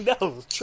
No